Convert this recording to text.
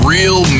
Real